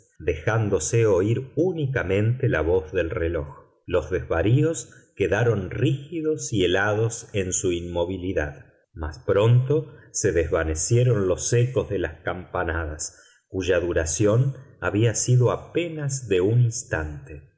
dejándose oír únicamente la voz del reloj los desvaríos quedaron rígidos y helados en su inmovilidad mas pronto se desvanecieron los ecos de las campanadas cuya duración había sido apenas de un instante